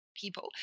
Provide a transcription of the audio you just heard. people